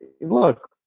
look